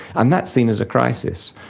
and that's seen as a crisis.